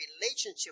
relationship